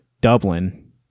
Dublin